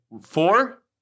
four